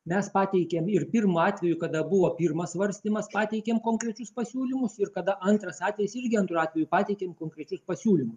mes pateikėm ir pimu atveju kada buvo pirmas svarstymas pateikėm konkrečius pasiūlymus ir kada antras atvejis irgi antru atveju pateikėm konkrečius pasiūlymus